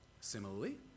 Similarly